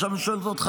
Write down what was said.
עכשיו אני שואל אותך,